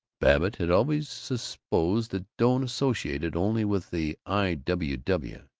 babbitt had always supposed that doane associated only with the i. w. w,